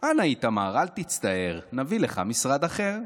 אנא, איתמר, אל תצטער, נביא לך משרד אחר.